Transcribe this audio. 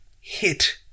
hit